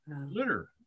litter